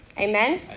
Amen